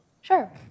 Sure